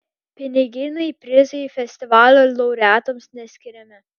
piniginiai prizai festivalio laureatams neskiriami